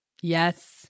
Yes